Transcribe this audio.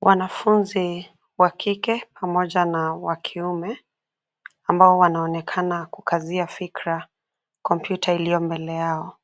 Wanafunzi wa kike pamoja na wa kiume, ambao wanaonekana kukazia fikra kompyuta ilio mbele yao.